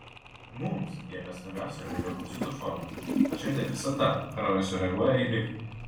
mums jame svarbiausia yra leukocitų formulė tačiau ne visada kraujas sureaguoja į ligą